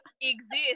exist